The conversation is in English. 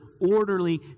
orderly